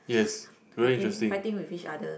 fighting fighting with each other